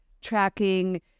tracking